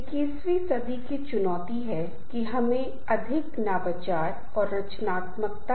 समूह की गतिशीलता कुछ ऐसे अंक जो बहुत महत्वपूर्ण हैं जिन्हें कोई भी आगे की समझ के लिए नोट कर सकता है